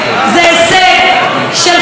של האופוזיציה, זה הישג שלך, של השר כחלון ושלנו.